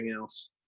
else